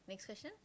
next question